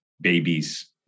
babies